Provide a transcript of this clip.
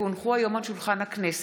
כי הונחו היום על שולחן הכנסת,